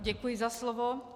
Děkuji za slovo.